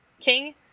King